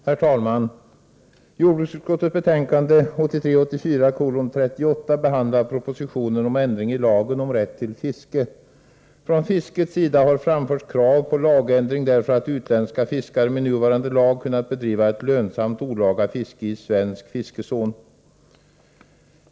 Herr talman! Jordbruksutskottets betänkande 1983/84:38 behandlar propositionen om ändring i lagen om rätt till fiske. Från fiskets företrädare har framförts krav på lagändring därför att utländska fiskare med nuvarande lag kunnat bedriva ett lönsamt olaga fiske i svensk fiskezon.